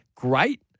Great